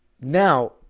Now